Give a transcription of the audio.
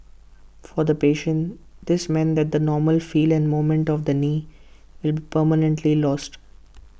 for the patient this means that the normal feel and movement of the knee will be permanently lost